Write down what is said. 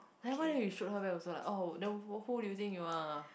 then why don't you shoot her back also like oh then who who do you think you are